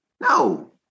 No